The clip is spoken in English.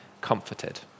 comforted